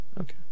Okay